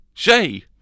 Shay